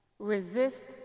Resist